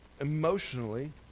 emotionally